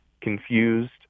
confused